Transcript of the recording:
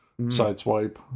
Sideswipe